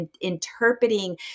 interpreting